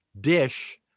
Dish